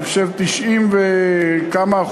אני חושב 90% וכמה,